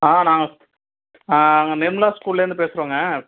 ஆ நாங்கள் நாங்கள் நிர்மலா ஸ்கூல்லேருந்து பேசுகிறோங்க